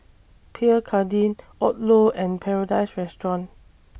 Pierre Cardin Odlo and Paradise Restaurant